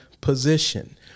position